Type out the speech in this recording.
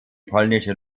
polnische